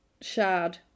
shard